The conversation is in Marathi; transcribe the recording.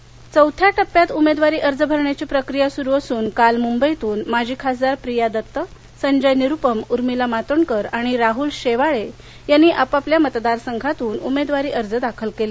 अर्ज दाखल जालना चौथ्या टप्प्यात उमेदवारी अर्ज भरण्याची प्रकृया सुरु असून काल मुंबईतून माजी खासदार प्रिया दत्त संजय निरुपम उर्मिला मातोंडकर आणि राहुल शेवाळे यांनी आपापल्या मतदार संघातून उमेदवारी अर्ज दाखल केले